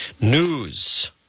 news